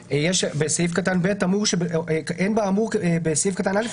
אבל בסעיף קטן (ב) נאמר ש"אין באמור בסעיף קטן (א)